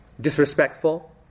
disrespectful